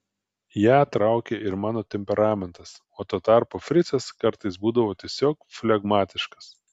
ją traukė ir mano temperamentas o tuo tarpu fricas kartais būdavo tiesiog flegmatiškas